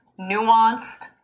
nuanced